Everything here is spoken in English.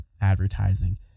advertising